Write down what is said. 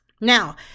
Now